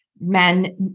men